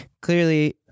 clearly